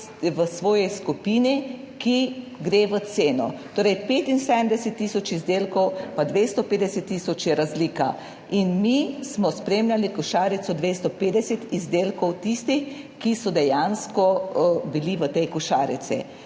v svoji skupini, ki gre v ceno. Torej, 75 tisoč izdelkov pa 250 tisoč je razlika in mi smo spremljali košarico 250 izdelkov, tistih, ki so dejansko bili v tej košarici,